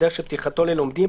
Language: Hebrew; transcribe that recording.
בדרך של פתיחתו ללומדים,